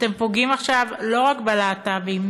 אתם פוגעים עכשיו לא רק בלהט"בים,